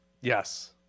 Yes